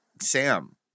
Sam